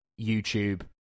YouTube